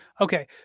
Okay